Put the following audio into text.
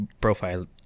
profile